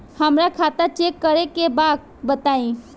हमरा खाता चेक करे के बा बताई?